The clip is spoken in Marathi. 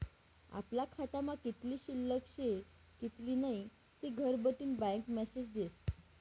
आपला खातामा कित्ली शिल्लक शे कित्ली नै घरबठीन बँक मेसेज देस